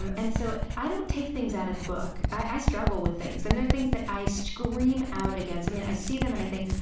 um and so i don't take things out of the book. i struggle with things, and there are things that i scream out against. i mean, i see them and i think,